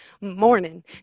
morning